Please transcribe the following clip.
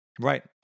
Right